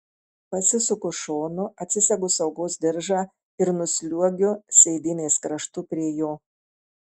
pasisuku šonu atsisegu saugos diržą ir nusliuogiu sėdynės kraštu prie jo